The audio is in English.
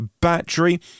battery